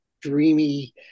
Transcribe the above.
dreamy